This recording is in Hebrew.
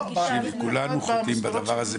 כולנו חוטאים בדבר הזה,